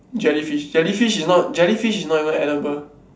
jellyfish jellyfish is not jellyfish is not even edible